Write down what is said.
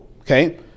Okay